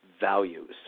values